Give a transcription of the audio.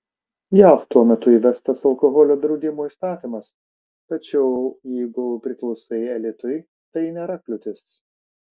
jav tuo metu įvestas alkoholio draudimo įstatymas tačiau jeigu priklausai elitui tai nėra kliūtis